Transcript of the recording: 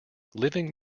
living